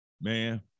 man